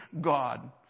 God